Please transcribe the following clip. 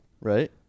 right